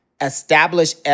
Establish